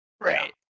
right